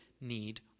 need